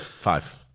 five